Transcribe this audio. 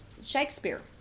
Shakespeare